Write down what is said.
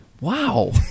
Wow